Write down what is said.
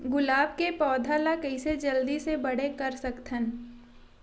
गुलाब के पौधा ल कइसे जल्दी से बड़े कर सकथन?